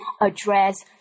address